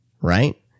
right